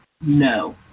no